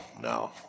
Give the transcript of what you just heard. no